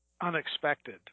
unexpected